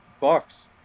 Bucks